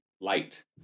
light